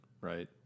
right